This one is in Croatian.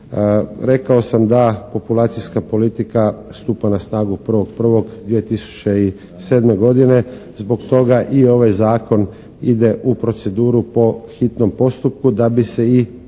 Rekao sam da populacijska politika stupa na snagu 1.1. 2007. godine. Zbog toga i ovaj zakon ide u proceduru po hitnom postupku da bi se i dječji